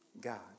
God